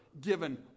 given